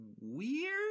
weird